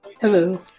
Hello